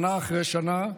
שנה אחרי שנה,